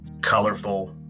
colorful